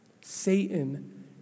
Satan